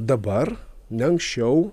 dabar ne anksčiau